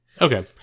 Okay